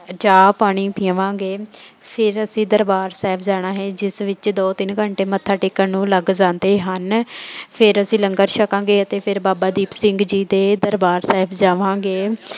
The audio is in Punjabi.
ਚਾਹ ਪਾਣੀ ਪੀਵਾਂਗੇ ਫਿਰ ਅਸੀਂ ਦਰਬਾਰ ਸਾਹਿਬ ਜਾਣਾ ਹੈ ਜਿਸ ਵਿੱਚ ਦੋ ਤਿੰਨ ਘੰਟੇ ਮੱਥਾ ਟੇਕਣ ਨੂੰ ਲੱਗ ਜਾਂਦੇ ਹਨ ਫਿਰ ਅਸੀਂ ਲੰਗਰ ਛਕਾਂਗੇ ਅਤੇ ਫਿਰ ਬਾਬਾ ਦੀਪ ਸਿੰਘ ਜੀ ਦੇ ਦਰਬਾਰ ਸਾਹਿਬ ਜਾਵਾਂਗੇ